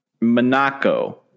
Monaco